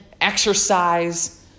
exercise